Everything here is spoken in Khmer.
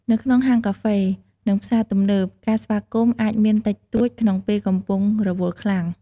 នៅក្នុងហាងកាហ្វេ និងផ្សារទំនើប ការស្វាគមន៍អាចមានតិចតួចក្នុងពេលកំពុងរវល់ខ្លាំង។